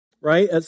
right